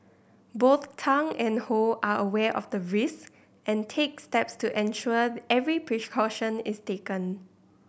both Tang and Ho are aware of the risk and take steps to ensure the every precaution is taken